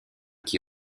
qui